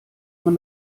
man